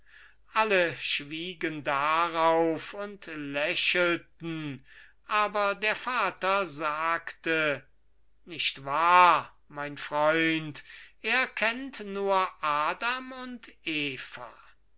alle schwiegen darauf und lächelten aber der vater sagte nicht wahr mein freund er kennt nur adam und eva